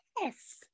yes